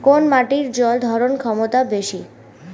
কোন মাটির জল ধারণ ক্ষমতা বেশি?